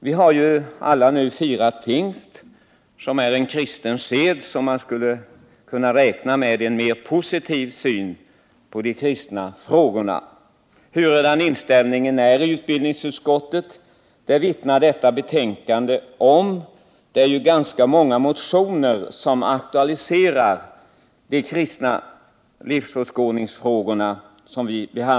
Vi har alla firat pingst, som är en kristen sed, och då skulle man kunna räkna med en positiv syn på de kristna frågorna. Hurudan inställningen är i utbildningsutskottet vittnar detta betänkande om. Det är ganska många motioner som aktualiserar de kristna livsåskådningsfrågorna.